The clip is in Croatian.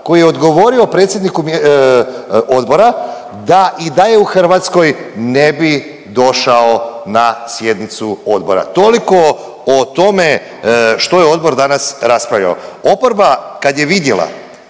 koji je odgovorio predsjedniku odbora da i da je u Hrvatskoj ne bi došao na sjednicu odbora. Toliko o tome što je odbor danas raspravljao. Oporba kad je vidjela